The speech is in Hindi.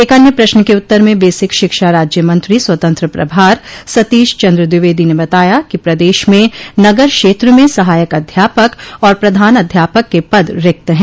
एक अन्य प्रश्न के उत्तर में बेसिक शिक्षा राज्य मंत्री स्वतंत्र प्रभार सतीश चन्द्र द्विवेदी ने बताया कि प्रदेश में नगर क्षेत्र में सहायक अध्यापक और प्रधान अध्यापक के पद रिक्त है